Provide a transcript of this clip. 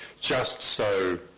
just-so